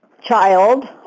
child